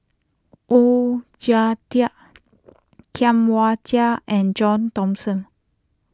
Oon Jin Teik Tam Wai Jia and John Thomson